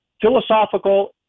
philosophical